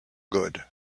good